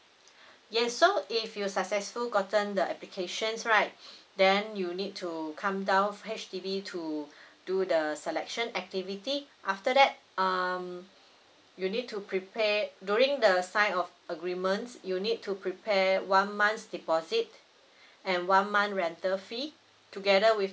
yes so if you successful gotten the application right then you need to come down H_D_B to do the selection activity after that um you need to prepare during the sign of agreement you need to prepare one month deposit and one month rental fee together with